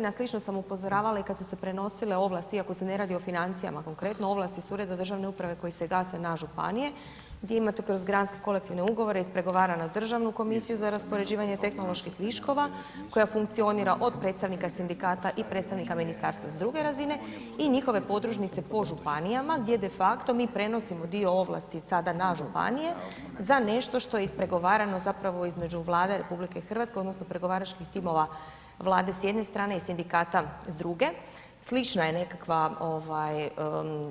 Na slično sam upozoravala i kad su se prenosile ovlasti iako se ne radi o financijama konkretno ovlasti s ureda državne uprave koji se gase na županije di imate kroz granske kolektivne ugovore ispregovaranu državnu komisiju za respoređivanje tehnoloških viškova koja funkcionira od predstavnika sindikata i predstavnika ministarstva s druge razine i njihove podružnice po županijama gdje defakto mi prenosimo dio ovlasti sada na županije za nešto što je ispregovarano zapravo između Vlade RH odnosno pregovaračkih timova Vlade s jedne strane i sindikata s druge, slična je nekakva ovaj